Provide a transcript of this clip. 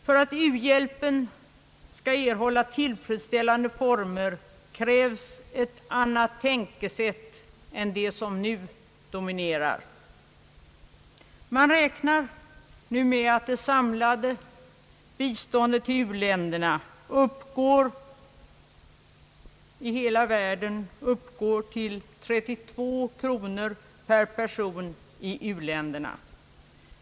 För att u-hjälpen skall erhålla tillfredsställande former krävs ett annat tänkesätt än det som nu dominerar. Man räknar nu med att det samlade biståndet till u-länderna i hela världen uppgår till 32 kronor per person i uländerna.